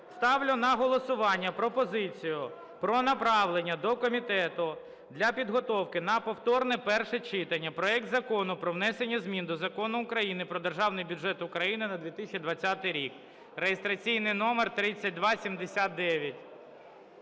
ставлю на голосування пропозицію про направлення до комітету для підготовки на повторне перше читання проект Закону про внесення змін до Закону України "Про Державний бюджет України на 2020 рік" (реєстраційний номер 3279).